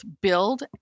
build